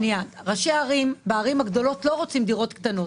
ראשי הערים הגדולות לא רוצים דירות קטנות